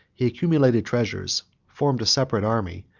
he accumulated treasures, formed a separate army,